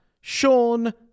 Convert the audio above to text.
Sean